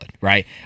right